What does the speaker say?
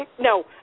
No